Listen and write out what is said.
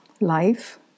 life